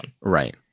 right